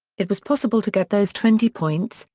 it was possible to get those twenty points,